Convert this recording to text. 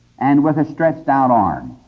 and with a stretched-out arm.